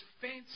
fancy